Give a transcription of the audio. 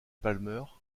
palmer